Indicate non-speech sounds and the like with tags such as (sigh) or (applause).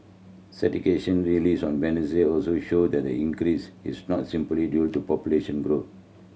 (unintelligible) released on Wednesday also showed that the increase is not simply due to population growth